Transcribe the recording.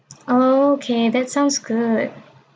oh okay that sounds good